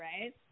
right